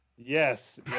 Yes